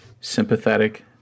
sympathetic